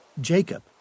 Jacob